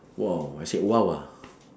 !wow! I said !wow! ah